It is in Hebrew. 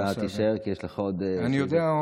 אתה תישאר, כי יש לך עוד, אני יודע.